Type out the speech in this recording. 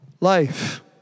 Life